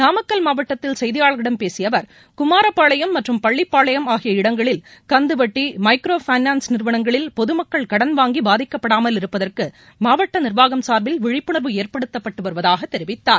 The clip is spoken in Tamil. நாமக்கல் மாவட்டத்தில் செய்தியாளர்களிடம் பேசிய அவர் குமாரப்பாளையம் மற்றும் பள்ளிப்பாளையம் ஆகிய இடங்களில் கந்து வட்டி மைக்ரோ எபனாள்ஸ் நிறுவனங்களில் பொதுமக்கள் கடன் வாங்கி பாதிக்கப்படாமல் இருப்பதற்கு மாவட்ட நிர்வாகம் சார்பில் விழிப்புணர்வு ஏற்படுத்தப்பட்டு வருவதாக தெரிவித்தார்